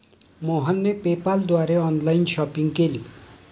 मोहनने पेपाल द्वारे online shopping केली